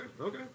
okay